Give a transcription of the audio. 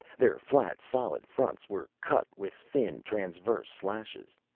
their flat, solid fronts were cut with thin transverse slashes.